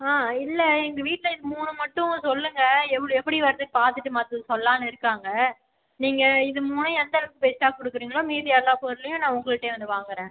ஆ இல்லை எங்கள் வீட்டில் இது மூணு மட்டும் சொல்லுங்கள் எவ் எப்படி வருதுன்னு பார்த்துட்டு மற்றது சொல்லலாம்னு இருக்காங்கள் நீங்கள் இது மூணையும் எந்தளவுக்கு பெஸ்ட்டாக கொடுக்குறீங்களோ மீதி எல்லா பொருளையும் நான் உங்கள்ட்டையே வந்து வாங்குகிறேன்